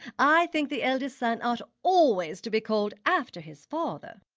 i think the eldest son ought always to be called after his father.